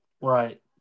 Right